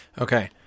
Okay